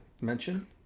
mention